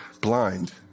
blind